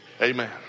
Amen